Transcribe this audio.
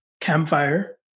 campfire